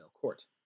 court